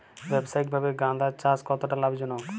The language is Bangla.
ব্যবসায়িকভাবে গাঁদার চাষ কতটা লাভজনক?